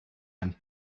and